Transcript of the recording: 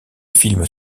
films